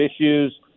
issues